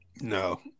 No